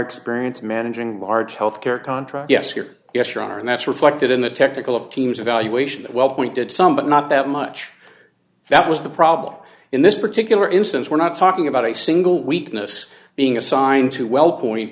experience managing large health care contract yes your yes your honor and that's reflected in the technical of team's evaluation that wellpoint did some but not that much that was the problem in this particular instance we're not talking about a single weakness being assigned to wellpoint